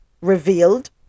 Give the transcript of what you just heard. revealed